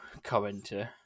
commenter